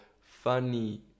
funny